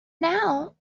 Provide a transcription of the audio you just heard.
now